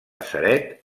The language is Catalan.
ceret